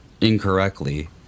incorrectly